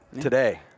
today